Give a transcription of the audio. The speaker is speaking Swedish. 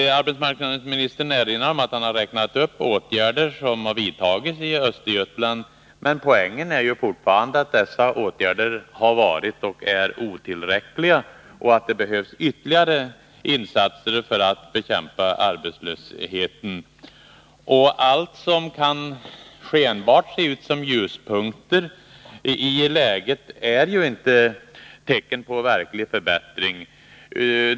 Arbetsmarknadsministern erinrade om att han räknat upp åtgärder som har vidtagits i Östergötland. Men poängen är att dessa åtgärder har varit och fortfarande är otillräckliga. Det behövs ytterligare insatser för att vi skall kunna bekämpa arbetslösheten. Allt som skenbart kan verka vara ljuspunkter i detta läge är ju inte tecken på verklig förbättring.